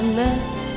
left